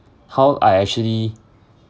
how I actually